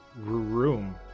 Room